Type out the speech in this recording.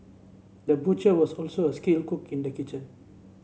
the butcher was also a skilled cook in the kitchen